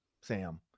Sam –